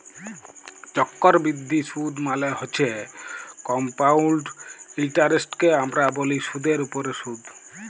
চক্করবিদ্ধি সুদ মালে হছে কমপাউল্ড ইলটারেস্টকে আমরা ব্যলি সুদের উপরে সুদ